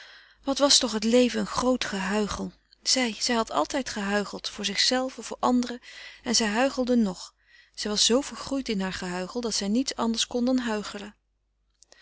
wat was toch het leven een groot gehuichel zij zij had altijd gehuicheld voor zichzelve voor anderen en zij huichelde nog zij was zoo vergroeid in haar gehuichel dat zij niets anders kon dan huichelen